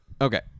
Okay